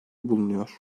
bulunuyor